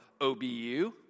OBU